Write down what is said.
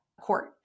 court